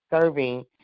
serving